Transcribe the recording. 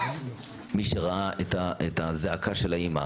מי שראה את הזעקה של האמא,